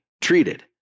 treated